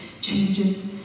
changes